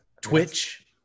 Twitch